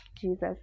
jesus